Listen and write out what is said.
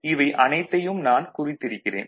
இவை அனைத்தையும் நான் குறித்திருக்கிறேன்